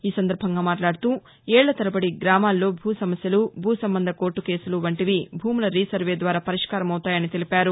ఈ సందర్బంగా మాట్లాడుతూ ఏళ్ల తరబడి గ్రామాల్లో భూ సమస్యలు భూ సంబంధ కోర్లు కేసులు వంటివి భూముల రీ సర్వే ద్వారా పరిష్కారమవుతాయని తెలిపారు